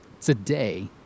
Today